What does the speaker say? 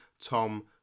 Tom